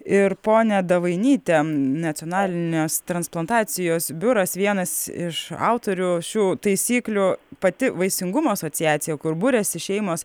ir ponia davainyte nacionalinės transplantacijos biuras vienas iš autorių šių taisyklių pati vaisingumo asociacija kur buriasi šeimos